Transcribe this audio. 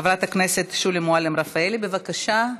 חברת הכנסת שולי מועלם-רפאלי, בבקשה,